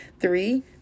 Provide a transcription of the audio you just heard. three